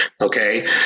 okay